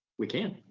we can.